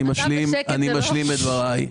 אני משלים את דבריי.